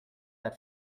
that